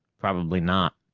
probably not.